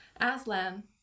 Aslan